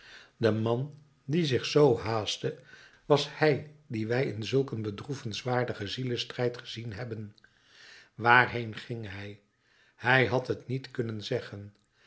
de man die zich zoo haastte was hij dien wij in zulk een bedroevenswaardigen zielestrijd gezien hebben waarheen ging hij hij had het niet kunnen zeggen